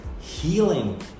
healing